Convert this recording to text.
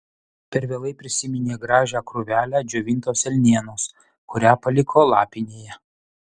per vėlai prisiminė gražią krūvelę džiovintos elnienos kurią paliko lapinėje